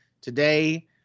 today